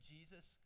Jesus